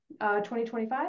2025